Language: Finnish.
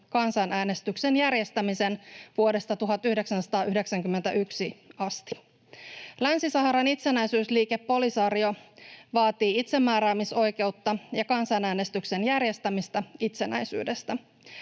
kansanäänestyksen järjestämisen vuodesta 1991 asti. Länsi-Saharan itsenäisyysliike, Polisario, vaatii itsemääräämisoikeutta ja kansanäänestyksen järjestämistä itsenäisyydestä.